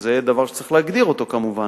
זה דבר שצריך להגדיר אותו, כמובן.